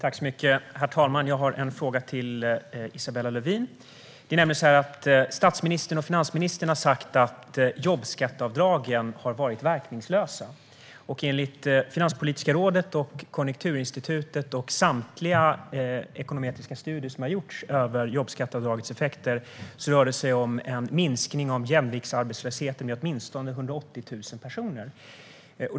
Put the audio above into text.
Herr talman! Jag har en fråga till Isabella Lövin. Statsministern och finansministern har sagt att jobbskatteavdragen har varit verkningslösa. Enligt Finanspolitiska rådet, Konjunkturinstitutet och samtliga ekonometriska studier som har gjorts över jobbskatteavdragets effekter rör det sig om en minskning av jämviktsarbetslösheten med åtminstone 180 000 personer.